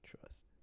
trust